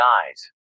eyes